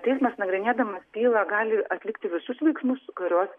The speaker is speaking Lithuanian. teismas nagrinėdamas bylą gali atlikti visus veiksmus kuriuos